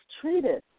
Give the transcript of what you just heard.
treated